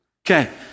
Okay